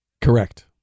Correct